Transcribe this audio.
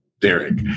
Derek